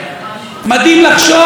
וזו שיחה בפני עצמה,